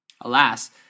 Alas